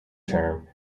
term